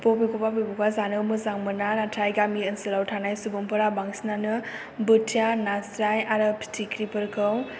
बबेखौबा बबेखौबा जानो मोजां मोना नाथाय गामि ओनसोलाव थानाय सुबुंफोरा बांसिनानो बोथिआ नास्राय आरो फिथिख्रिफोरखौ